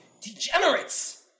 degenerates